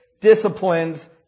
disciplines